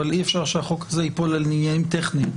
אבל אי אפשר שהחוק הזה ייפול על עניינים טכניים.